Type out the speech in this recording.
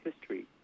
history